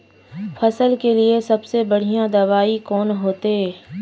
फसल के लिए सबसे बढ़िया दबाइ कौन होते?